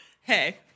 hey